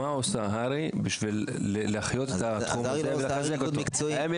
מה עושה הר"י בשביל להחיות את התחום הזה ולחזק אותו?